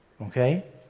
Okay